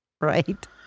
right